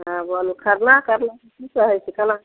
हँ बोलू खरना कहिआ से छै की कहै छी केना